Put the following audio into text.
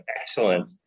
excellent